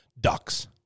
ducks